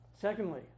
Secondly